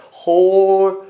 whole